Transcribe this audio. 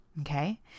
okay